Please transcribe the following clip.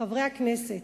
חברי הכנסת,